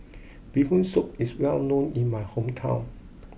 Bee Hoon Soup is well known in my hometown